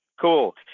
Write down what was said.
Cool